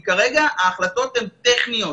כי כרגע החלטות הן טכניות.